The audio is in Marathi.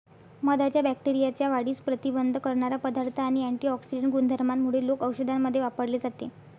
मधाच्या बॅक्टेरियाच्या वाढीस प्रतिबंध करणारा पदार्थ आणि अँटिऑक्सिडेंट गुणधर्मांमुळे लोक औषधांमध्ये वापरले जाते